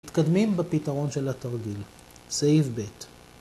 ‫מתקדמים בפתרון של התרגיל, ‫סעיף ב'